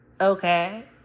Okay